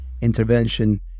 intervention